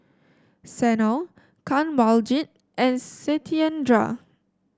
Sanal Kanwaljit and Satyendra